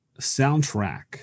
soundtrack